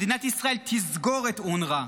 מדינת ישראל תסגור את אונר"א.